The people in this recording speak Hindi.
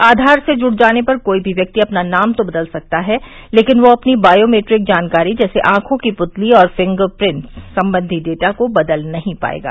आधार से जुड जाने पर कोई भी व्यक्ति अपना नाम तो बदल सकता है लेकिन वह अपनी बायोमेट्रिक जानकारी जैसे आंखों की पुतली और फिंगर प्रिंट्स संबंधी डेटा को बदल नहीं पाएगा